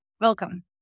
Welcome